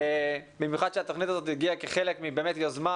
במיוחד שהתוכנית הזאת הגיעה כחלק מיוזמה